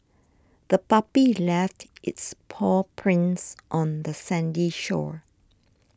the puppy left its paw prints on the sandy shore